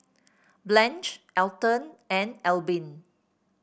Blanch Elton and Albin